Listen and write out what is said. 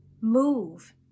move